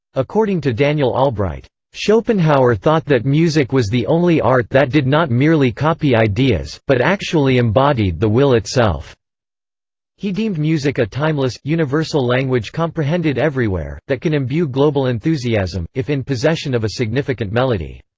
according to daniel albright, schopenhauer thought that music was the only art that did not merely copy ideas, but actually embodied the will itself he deemed music a timeless, universal language comprehended everywhere, that can imbue global enthusiasm, if in possession of a significant melody.